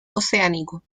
oceánico